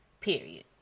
period